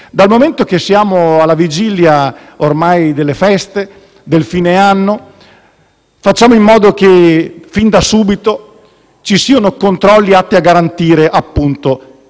Dal momento che siamo ormai alla vigilia delle feste di fine anno, facciamo in modo che, fin da subito, vi siano controlli atti a garantire, appunto,